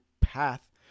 path